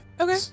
Okay